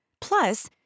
Plus